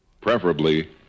preferably